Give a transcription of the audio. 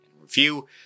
review